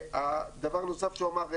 דבר נוסף שהוא אמר,